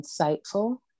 insightful